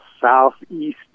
southeast